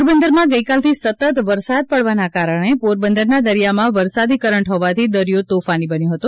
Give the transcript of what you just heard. પોરબંદરમાં ગઈકાલથી સતત વરસાદ પડવાના કારણે પોરબંદરના દરિયામાં વરસાદી કરંટ હોવાથી દરિયો તોફાની બન્યો હતો